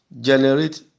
generate